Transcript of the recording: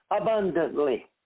abundantly